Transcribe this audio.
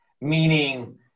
meaning